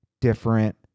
different